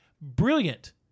brilliant